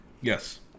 Yes